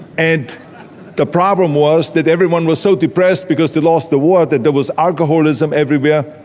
and the problem was that everyone was so depressed because they lost the war that there was alcoholism everywhere,